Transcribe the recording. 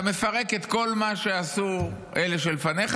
אתה מפרק את כל מה שעשו אלה שלפניך,